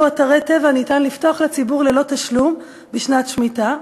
אתרי טבע ניתן לפתוח לציבור ללא תשלום בשנת השמיטה,